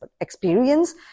experience